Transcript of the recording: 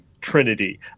Trinity